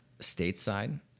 stateside